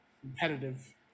competitive